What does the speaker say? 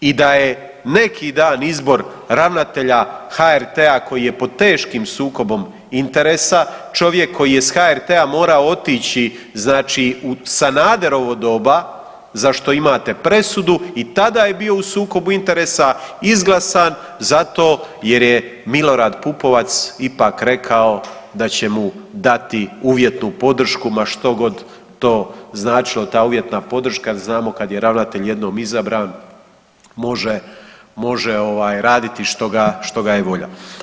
I da je neki dan izbor ravnatelja HRT-a koji je pod teškim sukobom interesa, čovjek koji je s HRT-a morao otići znači u Sanaderovo doba, za što imate presudu i tada je bio u sukobu interesa izglasan zato jer je Milorad Pupovac ipak rekao da će mu dati uvjetnu podršku ma što god to značilo, ta uvjetna podrška jer znamo kad je ravnatelj jednom izabran može, može ovaj raditi što ga je volja.